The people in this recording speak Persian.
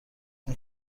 این